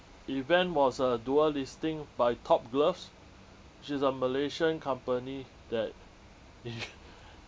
event was a dual listing by top gloves which is a malaysian company that